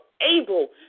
able